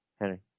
Henry